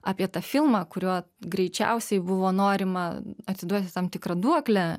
apie tą filmą kuriuo greičiausiai buvo norima atiduoti tam tikrą duoklę